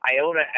Iona